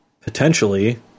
potentially